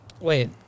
Wait